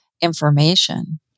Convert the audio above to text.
information